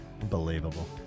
Unbelievable